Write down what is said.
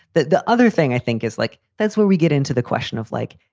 the the other thing i think is like that's where we get into the question of like,